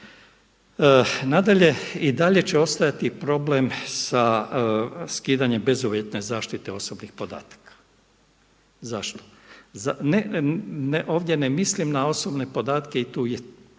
Nadalje, i dalje će ostati problem skidanje bezuvjetne zaštite osobnih podataka. Zašto? Ovdje ne mislim na osobne podatke i tu treba